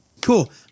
Cool